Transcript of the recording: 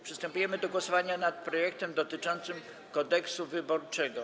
Przystępujemy do głosowania nad projektem dotyczącym Kodeksu wyborczego.